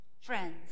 Friends